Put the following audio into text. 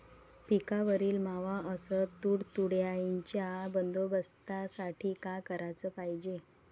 पिकावरील मावा अस तुडतुड्याइच्या बंदोबस्तासाठी का कराच पायजे?